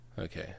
Okay